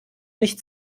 nicht